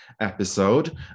episode